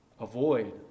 Avoid